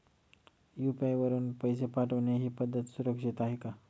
UPI वापरून पैसे पाठवणे ही पद्धत सुरक्षित आहे का?